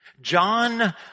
John